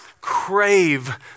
crave